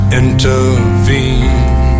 intervene